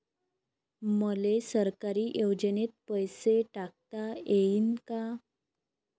मले सरकारी योजतेन पैसा टाकता येईन काय?